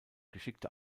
geschickte